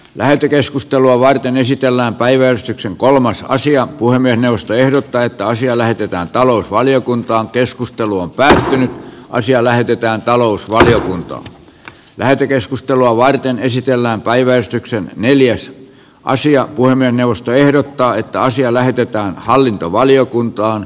lähetekeskustelua varten esitellään päiväystyksen kolmas asia puhemiesneuvosto ehdottaa että asia lähetetään talousvaliokuntaan keskusteluun päin asiaa lähdetään eivätkä mappeja varten esitellään päiväystyksen neljässä asian voimme neuvosto ehdottaa että asia lähetetään hallintovaliokuntaan